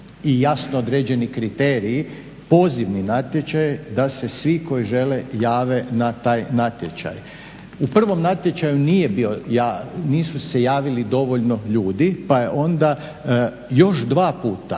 i jasno određeni kriteriji, pozivni natječaj da se svi koji žele jave na taj natječaj. U prvom natječaju nije bio, nisu se javili dovoljno ljudi, pa je onda još dva puta